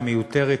היא מיותרת,